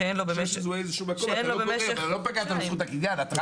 שאין לו במשך --- לא פגעת בזכות הקניין.